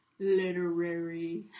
Literary